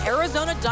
Arizona